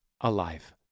alive